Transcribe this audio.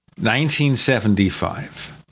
1975